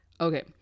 Okay